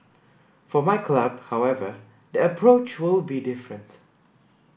for my club however the approach will be different